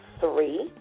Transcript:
three